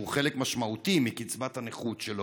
שהוא חלק משמעותי מקצבת הנכות שלו,